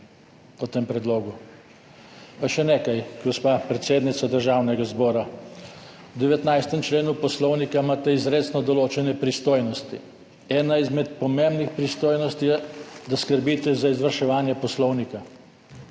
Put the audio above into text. o tem predlogu. Pa še nekaj, gospa predsednica Državnega zbora. V 19. členu Poslovnika imate izrecno določene pristojnosti. Ena izmed pomembnih pristojnosti je, da skrbite za izvrševanje poslovnika,